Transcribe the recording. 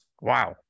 Wow